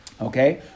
Okay